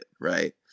Right